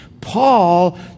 paul